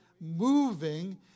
moving